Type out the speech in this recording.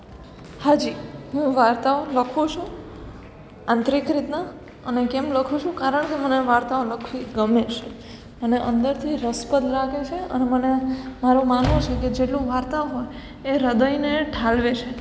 હા જી હું વાર્તાઓ લખું છું આંતરિક રીતના અને કેમ લખું છું કારણ કે મને વાર્તાઓ લખવી ગમે છે અને અંદરથી રસપ્રદ લાગે છે અને મને મારું માનવું છે કે જેટલું વાર્તા હોય એ હૃદયને ઠાલવે છે